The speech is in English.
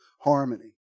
harmony